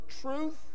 truth